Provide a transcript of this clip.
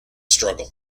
struggle